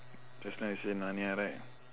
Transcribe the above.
just now you say narnia right